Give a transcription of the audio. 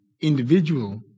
individual